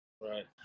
Right